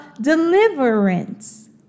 deliverance